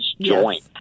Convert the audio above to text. joint